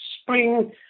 spring